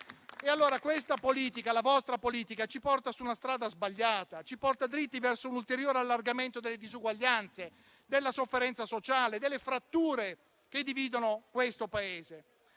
E allora la vostra politica ci porta su una strada sbagliata, dritti verso un ulteriore allargamento delle disuguaglianze, della sofferenza sociale, delle fratture che dividono il Paese.